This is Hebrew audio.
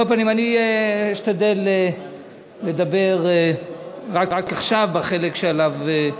על כל פנים, אני אשתדל לדבר רק עכשיו, בחלק שעליו,